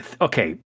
okay